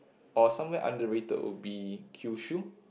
or somewhere underrated will be Kyushu